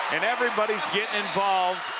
and everybody's getting involved.